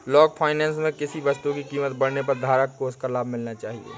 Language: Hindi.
लॉन्ग फाइनेंस में किसी वस्तु की कीमत बढ़ने पर धारक को उसका लाभ मिलना चाहिए